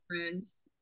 friends